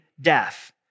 death